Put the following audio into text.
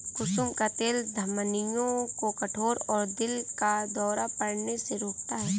कुसुम का तेल धमनियों को कठोर और दिल का दौरा पड़ने से रोकता है